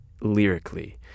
lyrically